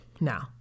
now